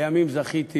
לימים זכיתי,